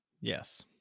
Yes